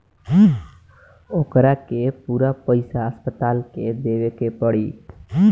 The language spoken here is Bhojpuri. ओकरा के पूरा पईसा अस्पताल के देवे के पड़ी